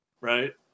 Right